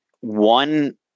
One